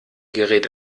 gerät